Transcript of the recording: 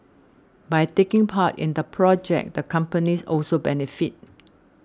by taking part in the project the companies also benefit